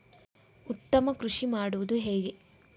ಉತ್ತಮ ಕೃಷಿ ಮಾಡುವುದು ಹೇಗೆ?